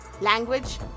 language